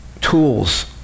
tools